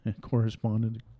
correspondent